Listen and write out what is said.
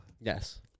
Yes